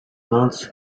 plants